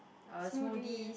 uh smoothies